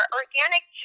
organic